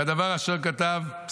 כדבר אשר כתב.